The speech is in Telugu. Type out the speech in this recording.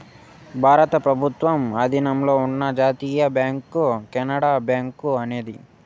భారత ప్రభుత్వం ఆధీనంలో ఉన్న జాతీయ బ్యాంక్ కెనరా బ్యాంకు అనేది